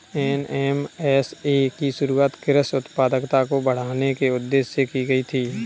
NMSA की शुरुआत कृषि उत्पादकता को बढ़ाने के उदेश्य से की गई थी